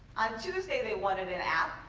on tuesday, they wanted an app.